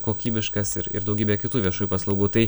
kokybiškas ir ir daugybė kitų viešųjų paslaugų tai